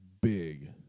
big